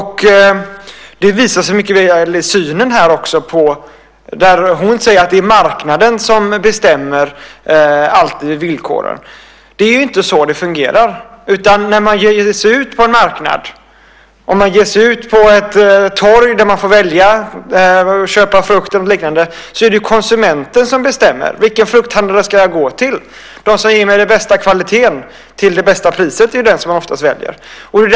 Hon säger att det alltid är marknaden som bestämmer villkoren. Det är inte så det fungerar. När man ger sig ut på ett torg för att köpa frukt eller liknande får man välja. Det är ju konsumenten som bestämmer. Vilken frukthandlare ska jag gå till? Den som ger mig den bästa kvaliteten till det bästa priset är den som man oftast väljer.